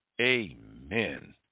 Amen